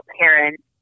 parents